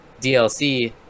DLC